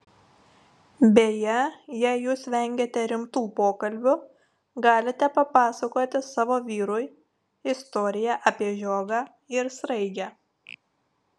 beje jei jūs vengiate rimtų pokalbių galite papasakoti savo vyrui istoriją apie žiogą ir sraigę